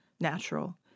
natural